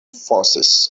forces